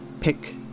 Pick